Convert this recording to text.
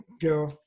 go